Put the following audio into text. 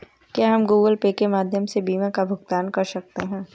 क्या हम Google Pay के माध्यम से बीमा का भुगतान कर सकते हैं?